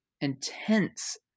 intense